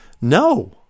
no